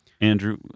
Andrew